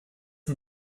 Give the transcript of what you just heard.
zum